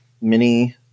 mini